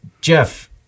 Jeff